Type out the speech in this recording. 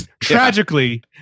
tragically